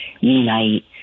unite